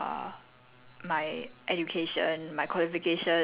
um my income